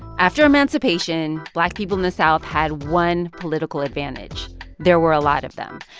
after emancipation, black people in the south had one political advantage there were a lot of them.